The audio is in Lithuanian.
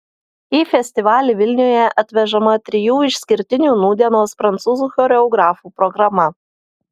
į festivalį vilniuje atvežama trijų išskirtinių nūdienos prancūzų choreografų programa